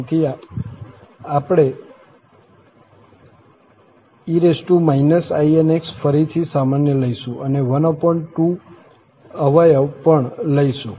તેથી આપણે e inx ફરીથી સામાન્ય લઈશું અને 12 અવયવ પણ લઈશું